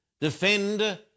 defend